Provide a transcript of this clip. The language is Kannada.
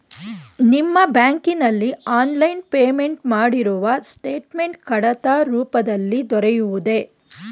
ನಿಮ್ಮ ಬ್ಯಾಂಕಿನಲ್ಲಿ ಆನ್ಲೈನ್ ಪೇಮೆಂಟ್ ಮಾಡಿರುವ ಸ್ಟೇಟ್ಮೆಂಟ್ ಕಡತ ರೂಪದಲ್ಲಿ ದೊರೆಯುವುದೇ?